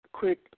quick